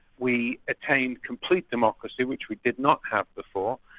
we attained complete democracy which we did not have before,